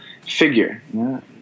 figure